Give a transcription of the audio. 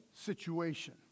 situation